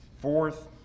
Fourth